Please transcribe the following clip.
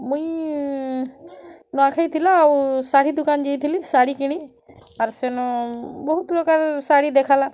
ମୁଇଁ ନୂଆଁଖାଇ ଥିଲା ଆଉ ଶାଢ଼ୀ ଦୋକାନ୍ ଯାଇଥିଲି ଶାଢ଼ୀ କିଣି ଆର୍ ସେନୁ ବହୁତ୍ ପ୍ରକାର୍ ଶାଢ଼ୀ ଦେଖାଲା